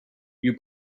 you